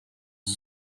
the